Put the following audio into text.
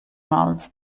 mal